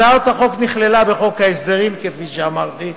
הצעת החוק נכללה בחוק ההסדרים, כפי שאמרתי,